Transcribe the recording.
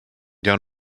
down